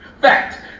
Fact